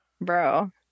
Bro